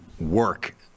work